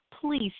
please